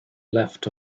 left